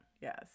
Yes